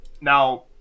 Now